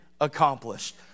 accomplished